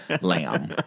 lamb